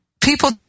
People